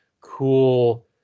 cool